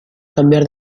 cambiar